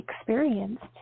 experienced